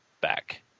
back